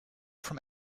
from